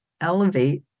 elevate